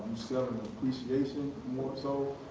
so appreciation more so,